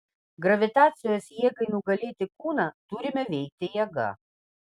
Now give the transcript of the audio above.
gravitacijos jėgai nugalėti kūną turime veikti jėga